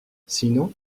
sinon